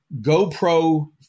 GoPro